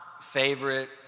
favorite